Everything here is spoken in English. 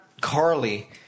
Carly